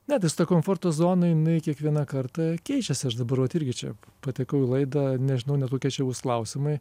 ne tai su ta komforto zona jinai kiekvieną kartą keičiasi aš dabar vat irgi čia patekau į laidą nežinau net kokie čia bus klausimai